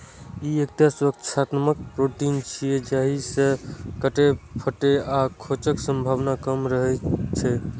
ई एकटा सुरक्षात्मक प्रोटीन छियै, जाहि सं कटै, फटै आ खोंचक संभावना कम रहै छै